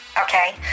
Okay